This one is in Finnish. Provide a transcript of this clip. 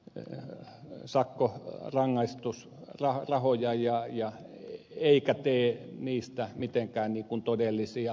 ylä lyly sokos rangaistus ja näitä sakkorangaistusrahoja eikä tee niistä mitenkään todellisia